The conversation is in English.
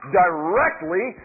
directly